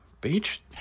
Beach